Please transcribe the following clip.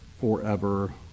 forever